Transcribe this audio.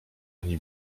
ani